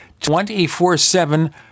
24-7